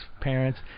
parents